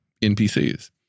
NPCs